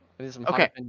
Okay